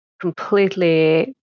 completely